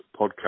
podcast